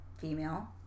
female